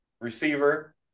receiver